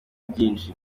byinshi